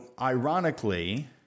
ironically